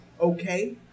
Okay